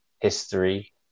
history